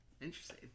interesting